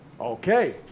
Okay